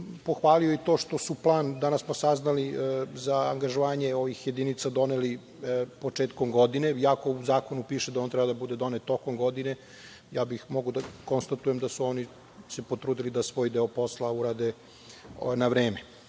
pohvalio i to što su plan, danas smo saznali za angažovanje ovih jedinica, doneli početkom godine, iako u zakonu piše da on treba da bude donet tokom godine, ja bih mogao da konstatujem da su oni se potrudili da svoj deo posla urade na vreme. Ono